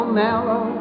mellow